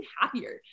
happier